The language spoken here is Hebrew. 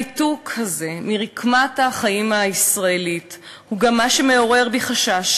הניתוק הזה מרקמת החיים הישראלית הוא גם מה שמעורר בי חשש,